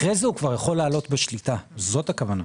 אחרי זה הוא כבר יכול לעלות בשליטה זאת הכוונה.